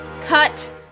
Cut